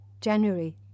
January